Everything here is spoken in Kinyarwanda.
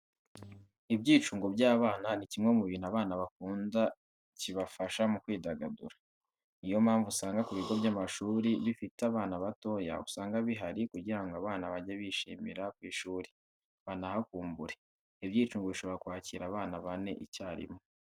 Ibyicungo by'abana ni kimwe mu bintu abana bakunda kibafasha mu kwidagadura. Ni yo mpamvu usanga ku bigo by'amashuri bifite abana batoya usanga bihari kugira ngo abana bajye bishimira ku ishuri, banahakumbure. Ibyicungo bishobora kwakira abana bane icyarimwe.